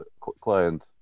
client